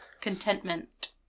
Contentment